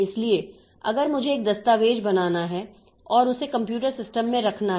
इसलिए अगर मुझे एक दस्तावेज बनाना है और उसे कंप्यूटर सिस्टम में रखना है